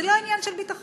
זה לא עניין של ביטחון,